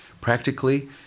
Practically